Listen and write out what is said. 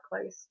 close